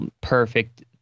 perfect